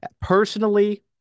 personally